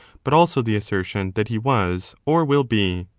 but also the assertion that he was or will be.